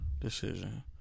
decision